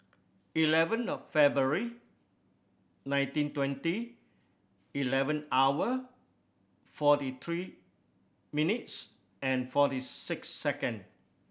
eleven February nineteen twenty eleven hour forty three minutes and forty six second